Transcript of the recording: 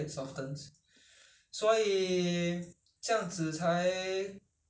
to cook the radish in the water it's it's more like making soup